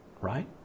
right